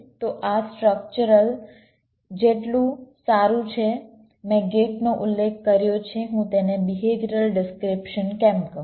તો આ સ્ટ્રક્ચરલ જેટલું સારું છે મેં ગેટનો ઉલ્લેખ કર્યો છે હું તેને બિહેવિયરલ ડિસ્ક્રિપ્શન કેમ કહું